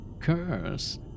Curse